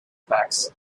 packs